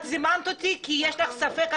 את זימנת אותי כי יש לך ספק,